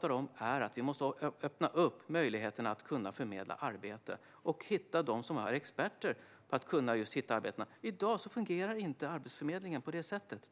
det om att vi måste öppna upp möjligheterna att förmedla arbete och hitta dem som är experter på att hitta arbetena. I dag fungerar tyvärr inte myndigheten Arbetsförmedlingen på det sättet.